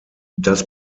das